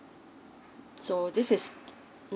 so this is